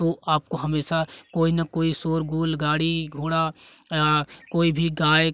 तो आपको हमेशा कोई न कोई शोरगुल गाड़ी घोड़ा कोई भी गाय